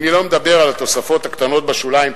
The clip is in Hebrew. אני לא מדבר על התוספות הקטנות בשוליים,